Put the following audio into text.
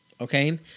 Okay